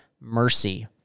mercy